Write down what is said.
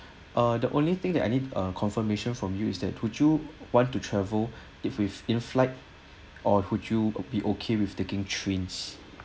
uh the only thing that I need a confirmation from use that would you want to travel if if in flight or would you be okay with taking trains